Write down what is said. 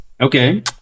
Okay